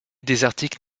désertiques